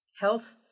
health